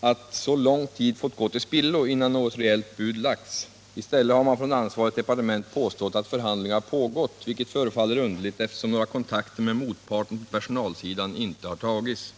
att så lång tid fått gå till spillo innan något reellt bud lagts. I stället har man från ansvarigt departement påstått att förhandlingar pågått, vilket förefaller underligt, eftersom några kontakter med motparten på personalsidan inte tagits.